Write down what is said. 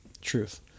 Truth